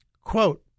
Quote